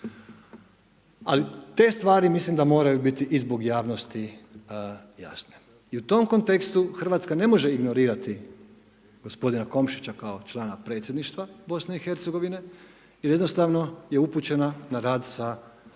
Ali te stvari mislim da moraju biti i zbog javnosti jasne. I u tom kontekstu RH ne može ignorirati gospodina Komšića kao člana predsjedništva BiH jer jednostavno je upućena na rad sa službenim